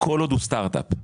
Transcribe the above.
כל עוד הוא סטארט אפ.